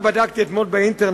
אתמול בדקתי באינטרנט: